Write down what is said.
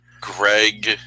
Greg